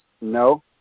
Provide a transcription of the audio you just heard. No